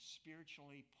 spiritually